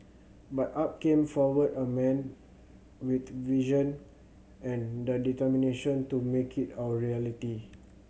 but up came forward a man with vision and the determination to make it our reality